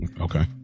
Okay